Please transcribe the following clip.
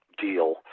deal